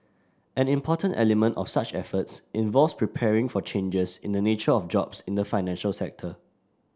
an important element of such efforts involves preparing for changes in the nature of jobs in the financial sector